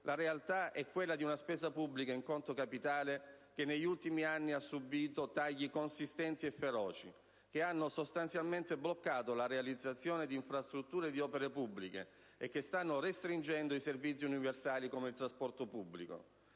la realtà è quella di una spesa pubblica in conto capitale che ha subito nel corso degli ultimi anni tagli consistenti e feroci, che hanno sostanzialmente bloccato la realizzazione di infrastrutture e di opere pubbliche e che stanno restringendo i servizi universali come il trasporto pubblico.